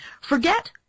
Forget